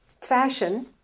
fashion